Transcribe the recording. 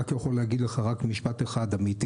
יכול להגיד לך רק משפט אחד אמיתי.